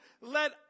let